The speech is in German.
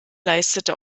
leistete